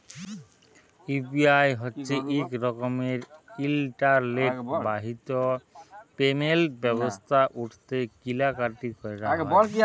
UPI হছে ইক রকমের ইলটারলেট বাহিত পেমেল্ট ব্যবস্থা উটতে কিলা কাটি ক্যরা যায়